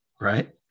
right